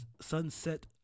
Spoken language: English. Sunset